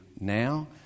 now